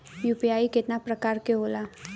UPI केतना प्रकार के होला?